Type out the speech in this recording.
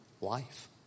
life